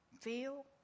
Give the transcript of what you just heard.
feel